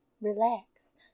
relax